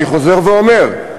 אני חוזר ואומר,